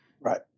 Right